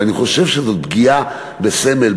אבל אני חושב שזו פגיעה בסמל,